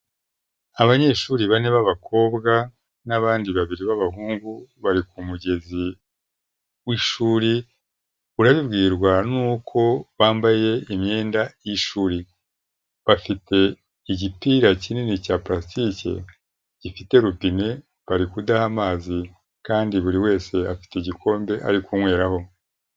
Abanyeshuri bane b'abakobwa n'abandi babiri b'abahungu bari ku mugezi w'ishuri, urabibwirwa nuko bambaye imyenda y'ishuri. Bafite igipira kinini cya pulatiki gifite rubine, bari kudaha amazi kandi buri wese afite igikombe ari kunyweraho.